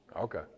Okay